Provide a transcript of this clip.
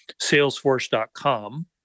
salesforce.com